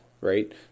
right